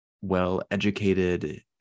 well-educated